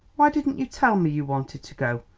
why didn't you tell me you wanted to go,